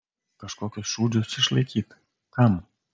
kažkokius šūdžius išlaikyt kam